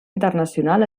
internacional